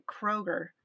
Kroger